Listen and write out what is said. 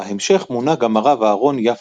בהמשך מונה גם הרב אהרן יפה'ן.